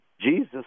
Jesus